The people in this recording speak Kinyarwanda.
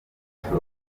ishuri